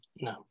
No